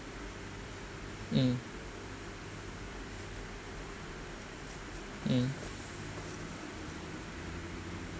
mm mm